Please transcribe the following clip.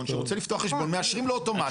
שרוצה לפתוח חשבון מאשרים לו אוטומטית.